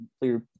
clear